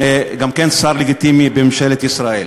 גם כן שר לגיטימי בממשלת ישראל.